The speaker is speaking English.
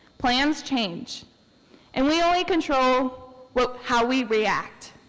plans change and we only control how we react.